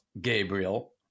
Gabriel